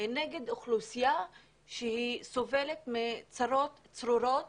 נגד אוכלוסייה שסובלת מצרות צרורות